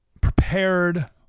prepared